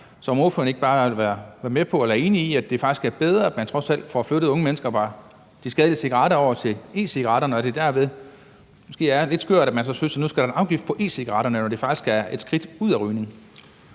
være med på eller enig i, at det faktisk er bedre, at man trods alt får flyttet unge mennesker fra de skadelige cigaretter over til e-cigaretterne, og at det derved måske er lidt skørt, at man så synes, at nu skal der en afgift på e-cigaretterne, når det faktisk er et skridt ud af rygning?